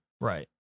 right